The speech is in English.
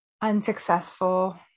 unsuccessful